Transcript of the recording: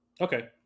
Okay